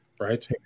Right